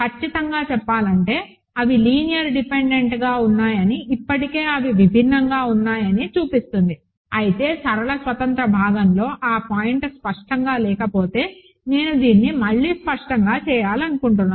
ఖచ్చితంగా చెప్పాలంటే అవి లీనియర్ డిపెండెంట్గా ఉన్నాయని ఇప్పటికే అవి విభిన్నంగా ఉన్నాయని చూపిస్తుంది అయితే సరళ స్వతంత్ర భాగంలో ఆ పాయింట్ స్పష్టంగా లేకుంటే నేను దీన్ని మళ్లీ స్పష్టంగా చేయాలనుకుంటున్నాను